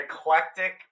eclectic